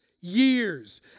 years